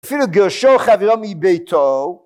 אפילו גשרו חברו מביתו